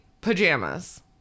pajamas